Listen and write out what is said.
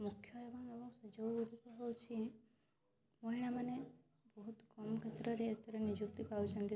ମୁଖ୍ୟ ଏବଂ ଏବଂ ସୁଯୋଗ ଗୁଡ଼ିକ ହେଉଛି ମହିଳାମାନେ ବହୁତ କମ୍ କ୍ଷେତ୍ରରେ ଏଥିରେ ନିଯୁକ୍ତି ପାଉଛନ୍ତି ସେ